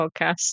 podcast